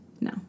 no